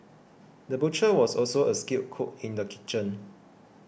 the butcher was also a skilled cook in the kitchen